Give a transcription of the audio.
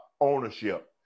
Ownership